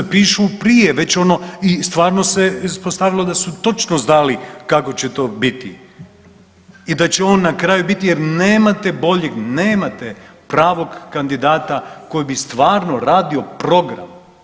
Pišu prije, već ono i stvarno se ispostavilo da su točno znali kako će to biti, i da će on na kraju biti jer nemate boljeg nemate pravog kandidata koji bi stvarno radio program.